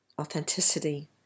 authenticity